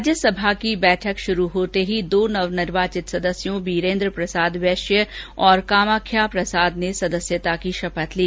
राज्यसभा की बैठक शुरू होते ही दो नवनिर्वाचित सदस्यों बीरेन्द्र प्रसाद बैश्य और कामाख्याद प्रसाद ने सदस्यता की शपथ ली